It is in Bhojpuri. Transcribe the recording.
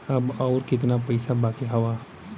अब अउर कितना पईसा बाकी हव?